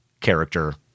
character